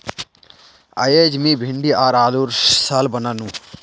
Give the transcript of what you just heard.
अयेज मी भिंडी आर आलूर सालं बनानु